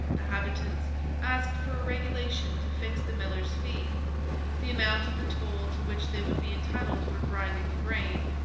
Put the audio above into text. the habitants asked for a regulation to fix the millers' fee the amount of the toll to which they would be entitled for grinding the grain.